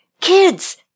Kids